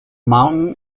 mountain